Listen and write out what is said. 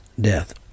death